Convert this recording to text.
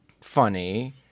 funny